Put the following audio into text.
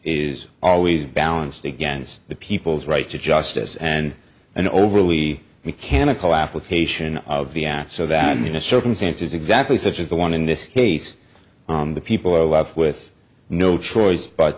is always balanced against the people's right to justice and an overly mechanical application of the app so that in the circumstances exactly such as the one in this case the people are left with no choice but